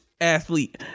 athlete